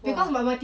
yeah